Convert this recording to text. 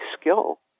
skill